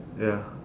ya